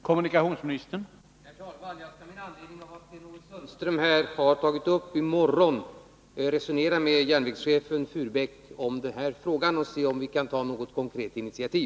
Herr talman! Jag skall med anledning av vad Sten-Ove Sundström här har tagit upp i morgon resonera med järnvägschefen Furbäck om den här frågan och undersöka om vi kan ta något konkret initiativ.